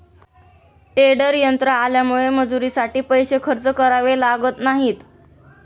tedder यंत्र आल्यामुळे मजुरीसाठी पैसे खर्च करावे लागत नाहीत